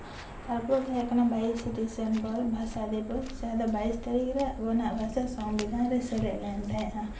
ᱛᱟᱨᱯᱚᱨ ᱛᱟᱦᱮᱸᱠᱟᱱᱟ ᱵᱟᱭᱤᱥᱟ ᱰᱤᱥᱮᱢᱵᱚᱨ ᱵᱷᱟᱥᱟ ᱫᱤᱵᱚᱥ ᱚᱱᱟ ᱫᱚ ᱵᱟᱭᱤᱥ ᱛᱟᱹᱨᱤᱠᱷ ᱨᱮ ᱟᱵᱚᱱᱟᱜ ᱵᱷᱟᱥᱟ ᱥᱚᱝᱵᱤᱫᱷᱟᱱ ᱨᱮ ᱥᱮᱞᱮᱫ ᱞᱮᱱ ᱛᱟᱦᱮᱸᱫᱼᱟ